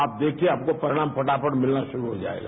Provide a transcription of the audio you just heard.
आप देखिए आपको परिणाम फटाफट मिलना शुरू हो जाएगा